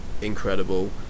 incredible